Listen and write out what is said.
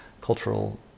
cultural